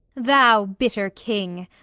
thou bitter king,